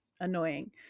annoying